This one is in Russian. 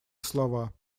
слова